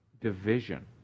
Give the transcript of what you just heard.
division